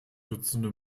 dutzende